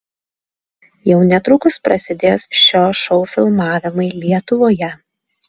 jau netrukus prasidės šio šou filmavimai lietuvoje